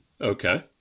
Okay